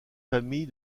famille